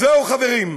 אז זהו, חברים,